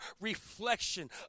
reflection